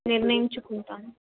నిర్ణయించుకుంటాను